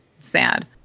Sad